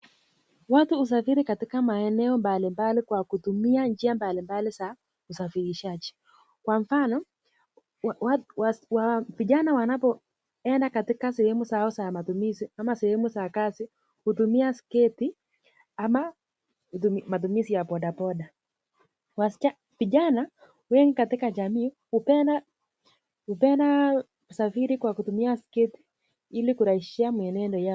Watu husafiri katika maeneo mbalimbali kwa kutumia njia mbalimbali za usafirishaji. Kwa mfano, vijana wanapoenda katika sehemu zao za mapumziko ama sehemu za kazi hutumia skate ama matumizi ya bodaboda. Vijana wengi katika jamii hupenda kusafiri kwa kutumia skate ili kurahisisha mwendo yao.